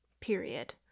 period